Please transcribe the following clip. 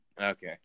Okay